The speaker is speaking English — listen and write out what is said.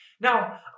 Now